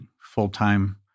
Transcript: full-time